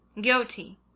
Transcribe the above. Guilty